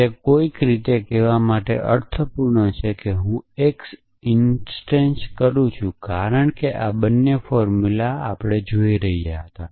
તે કોઈક રીતે કહેવા માટે અર્થપૂર્ણ છે કે હું x ઇન્સ્ટિએટ કરું છું કારણ કે આ બંને ફોર્મુલા જોતા હતા